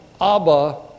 Abba